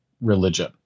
religion